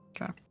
okay